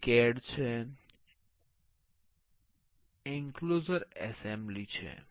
તે CAD છે enclosure assembly છે